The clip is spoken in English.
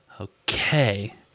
Okay